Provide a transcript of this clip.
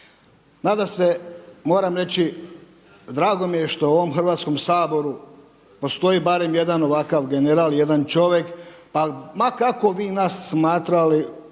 Nadasve moram reći, drago mi je što u ovom Hrvatskom saboru postoji barem jedan ovakav general i jedan čovjek pa ma kako vi nas smatrali